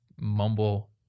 mumble